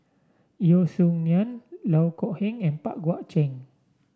Yeo Song Nian Loh Kok Heng and Pang Guek Cheng